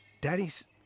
daddy's